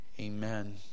Amen